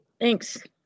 Thanks